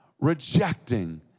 rejecting